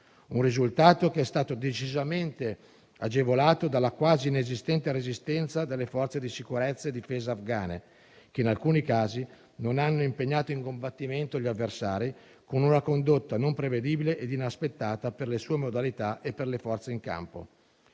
un risultato decisamente agevolato dalla quasi inesistente resistenza delle forze di sicurezza e difesa afghane che, in alcuni casi, non hanno impegnato in combattimento gli avversari, con una condotta non prevedibile e inaspettata per le sue modalità e per le forze in campo.